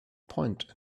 point